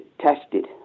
tested